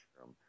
room